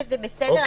וזה בסדר,